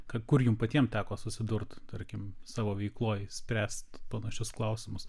kad kur jums patiem teko susidurti tarkim savo veikloje spręst panašius klausimus